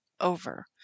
over